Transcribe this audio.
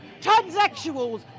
transsexuals